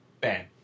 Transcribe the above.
bam